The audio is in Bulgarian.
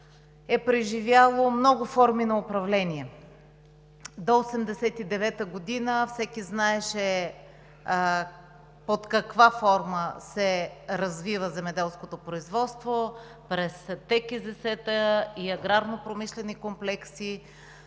е преживяло много форми на управление. До 1989 г. всеки знаеше под каква форма се развива земеделското производство – през ТКЗС-та и аграрно-промишлени комплекси.